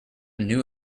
new